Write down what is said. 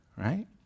Right